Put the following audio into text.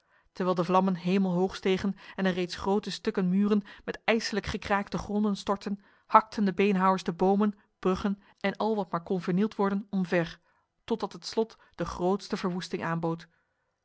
terwijl de vlammen hemelhoog stegen en er reeds grote stukken muren met ijselijk gekraak te gronde stortten hakten de beenhouwers de bomen bruggen en al wat maar kon vernield worden omver totdat het slot de grootste verwoesting aanbood